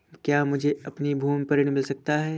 क्या मुझे अपनी भूमि पर ऋण मिल सकता है?